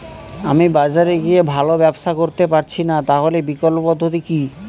আমি বাজারে গিয়ে ভালো ব্যবসা করতে পারছি না তাহলে বিকল্প পদ্ধতি কি?